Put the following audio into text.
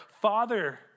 Father